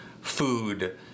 food